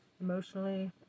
emotionally